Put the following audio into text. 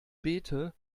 beete